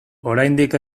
oraindik